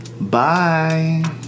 Bye